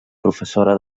professora